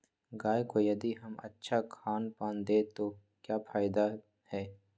गाय को यदि हम अच्छा खानपान दें तो क्या फायदे हैं?